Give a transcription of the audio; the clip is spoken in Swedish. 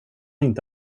inte